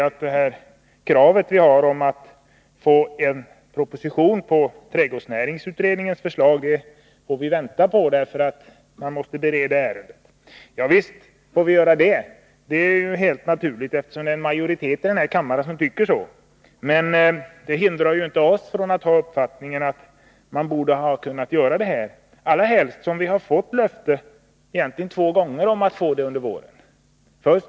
Vidare sade Grethe Lundblad att en proposition på trädgårdsnäringsutredningens förslag, som vi har ett krav om, måste vi vänta på, eftersom ärendet skall beredas. Javisst får vi göra det — det är helt naturligt eftersom det är en majoritet i kammaren som tycker så. Men det hindrar ju inte oss från att ha uppfattningen att det borde ha kunnat framläggas en proposition — allra helst som vi två gånger fått löften om att få propositionen under våren.